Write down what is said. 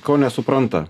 ko nesupranta